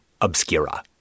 Obscura